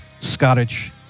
Scottish